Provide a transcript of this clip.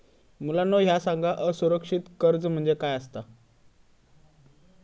मुलांनो ह्या सांगा की असुरक्षित कर्ज म्हणजे काय आसता?